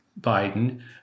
Biden